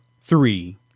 three